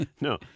No